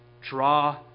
draw